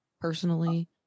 personally